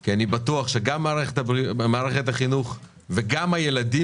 כי אני בטוח שגם מערכת החינוך וגם הילדים